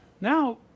now